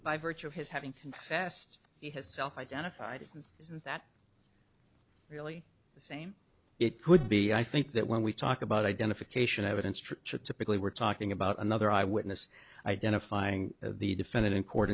by virtue of his having confessed he has self identified is that is that really the same it could be i think that when we talk about identification evidence trichet typically we're talking about another eyewitness identifying the defendant in court